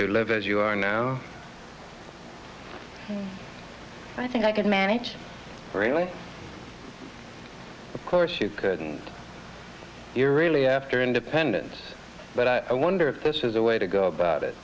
to live as you are now i think i could manage really of course you couldn't you're really after independence but i wonder if this is the way to go about it